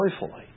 joyfully